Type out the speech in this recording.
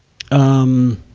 um,